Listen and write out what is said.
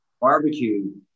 barbecue